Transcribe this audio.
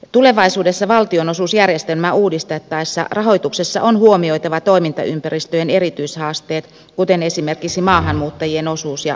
tulevaisuudessa valtionosuusjärjestelmää uudistettaessa rahoituksessa on huomioitava toimintaympäristöjen erityishaasteet kuten esimerkiksi maahanmuuttajien osuus ja alueen työttömyysaste